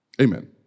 Amen